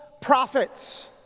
prophets